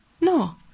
No